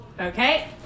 Okay